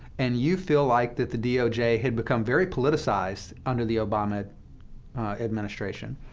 and you feel like that the doj had become very politicized under the obama administration,